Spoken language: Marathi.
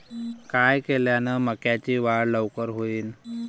काय केल्यान मक्याची वाढ लवकर होईन?